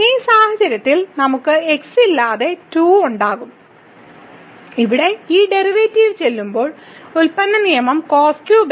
ഈ സാഹചര്യത്തിലും നമുക്ക് x ഇല്ലാതെ 2 ഉണ്ടാകും ഇവിടെ ഈ ഡെറിവേറ്റീവ് ചെയ്യുമ്പോൾ പ്രോഡക്റ്റ് നിയമം cos3x